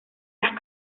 las